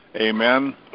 Amen